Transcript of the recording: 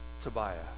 Tobiah